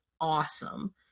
awesome